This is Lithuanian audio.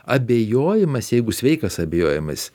abejojimas jeigu sveikas abejojimas